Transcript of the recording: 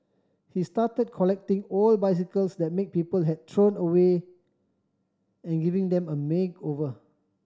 he started collecting old bicycles that make people had thrown away and giving them a makeover